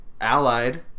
Allied